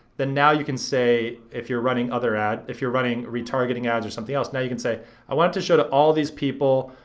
then now you can say, if you're running other ads, if you're running retargeting ads or something else, now you can say i want it to show all these people,